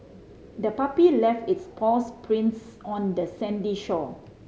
the puppy left its paw prints on the sandy shore